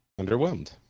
underwhelmed